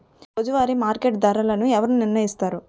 రోజువారి మార్కెట్ ధరలను ఎవరు నిర్ణయిస్తారు?